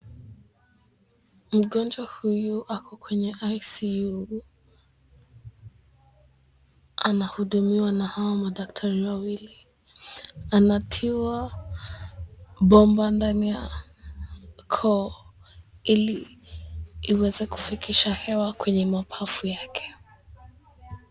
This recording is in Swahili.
Mgonjwa huyu ako kwenye ICU anahudumiwa na hawa madaktari wawili. Anatiwa bomba ndani ya koo ili iweze kufikisha hewa kwenye mapafu yake.